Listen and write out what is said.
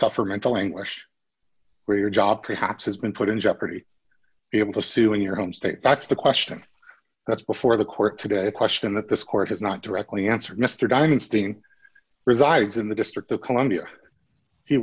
suffer mental anguish where your job perhaps has been put in jeopardy be able to sue in your home state that's the question that's before the court today question that this court has not directly answered mr diamond sting resides in the district of columbia he